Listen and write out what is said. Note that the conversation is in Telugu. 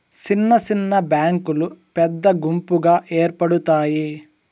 సిన్న సిన్న బ్యాంకులు పెద్ద గుంపుగా ఏర్పడుతాయి